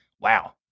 Wow